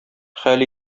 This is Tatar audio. хәл